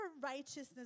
righteousness